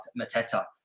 Mateta